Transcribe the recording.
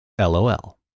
LOL